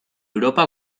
europa